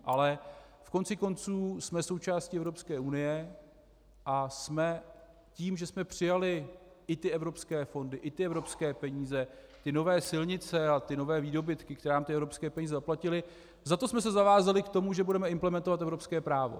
Ale koneckonců jsme součástí Evropské unie a jsme tím, že jsme přijali i ty evropské fondy, i ty evropské peníze ty nové silnice a ty nové výdobytky, které nám ty evropské peníze zaplatily , za to jsme se zavázali k tomu, že budeme implementovat evropské právo.